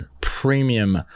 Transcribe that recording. premium